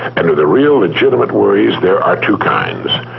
and of the real, legitimate worries there are two kinds.